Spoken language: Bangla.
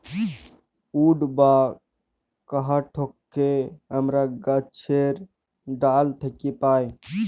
উড বা কাহাঠকে আমরা গাহাছের ডাহাল থ্যাকে পাই